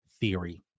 theory